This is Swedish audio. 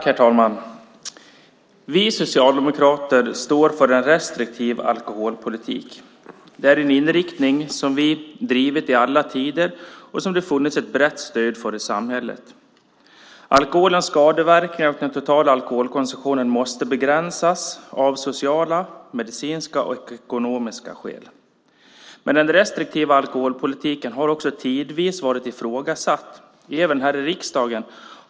Herr talman! Vi socialdemokrater står för en restriktiv alkoholpolitik. Det är en inriktning som vi drivit i alla tider och som det funnits ett brett stöd för i samhället. Alkoholens skadeverkningar och den totala alkoholkonsumtionen måste begränsas av sociala, medicinska och ekonomiska skäl. Den restriktiva alkoholpolitiken har tidvis varit ifrågasatt även här i riksdagen.